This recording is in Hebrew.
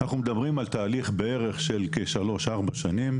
אנחנו מדברים על תהליך של כשלוש-ארבע שנים.